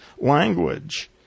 language